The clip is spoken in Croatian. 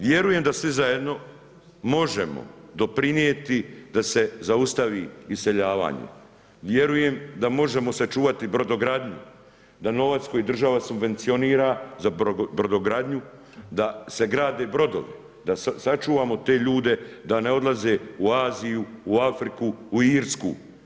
Vjerujem da svi zajedno možemo doprinijeti da se zaustavi iseljavanje, vjerujem da možemo sačuvati brodogradnju, da novac koji država subvencionira za brodogradnju da se grade brodovi, da sačuvamo te ljude da ne odlaze u Aziju, u Afriku, u Irsku.